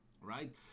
Right